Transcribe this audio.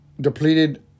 depleted